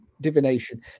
divination